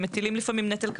והם מטילים לפעמים נטל כבד.